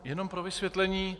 Jenom pro vysvětlení.